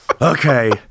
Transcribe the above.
Okay